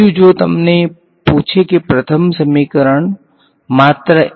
બીજું જો તમને પૂછે કે પ્રથમ સમીકરણ માત્ર એક ચલ r માં સમીકરણ છે તેમાં શું તફાવત છે